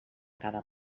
cada